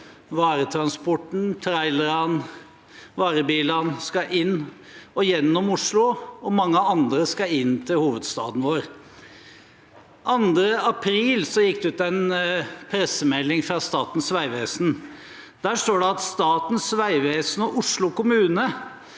Varetransporten, trailerne og varebilene, skal inn til og gjennom Oslo, og mange andre skal til inn til hovedstaden vår. Den 2. april gikk det ut en pressemelding fra Statens vegvesen. Der sto det: «Statens vegvesen og Oslo kommune